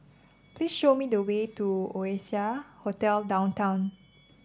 please show me the way to Oasia Hotel Downtown